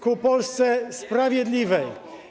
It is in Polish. ku lepszemu podziałowi dóbr, ku Polsce sprawiedliwej.